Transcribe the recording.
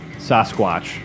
Sasquatch